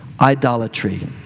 idolatry